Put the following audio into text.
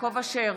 יעקב אשר,